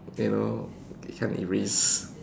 you know I can't erase